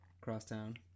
Crosstown